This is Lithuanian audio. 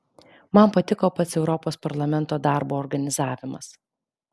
man patiko pats europos parlamento darbo organizavimas